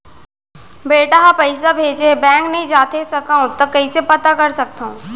बेटा ह पइसा भेजे हे बैंक नई जाथे सकंव त कइसे पता कर सकथव?